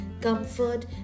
comfort